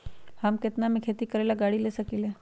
हम केतना में खेती करेला गाड़ी ले सकींले?